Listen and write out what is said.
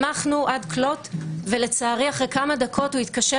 שמחנו עד כלות ולצערי אחרי כמה דקות הוא התקשר